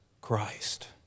Christ